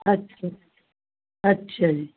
ਅੱਛਾ ਅੱਛਾ ਜੀ